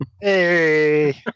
Hey